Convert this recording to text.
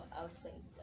outside